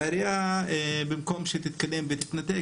במקום שהעירייה תתקדם היא,